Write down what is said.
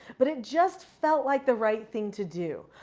but it just felt like the right thing to do.